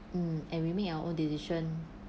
mm and we make our own decision